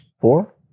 Four